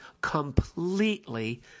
completely